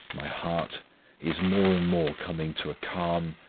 my heart is more and more coming to a calm,